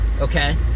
Okay